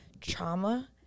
trauma